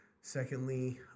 Secondly